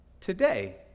today